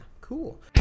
cool